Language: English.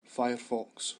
firefox